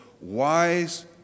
wise